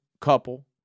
couple